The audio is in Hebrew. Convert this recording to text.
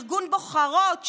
ארגון נבחרות,